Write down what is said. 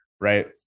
right